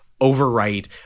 overwrite